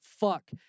Fuck